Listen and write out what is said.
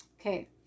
okay